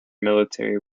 military